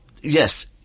yes